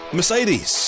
Mercedes